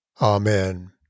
Amen